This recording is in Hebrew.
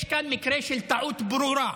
יש כאן מקרה של טעות ברורה,